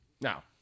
Now